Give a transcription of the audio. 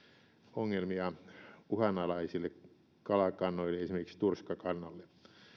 ongelmia uhanalaisille kalakannoille esimerkiksi turskakannalle